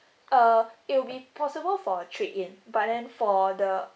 uh it will be possible for a trade in but then for the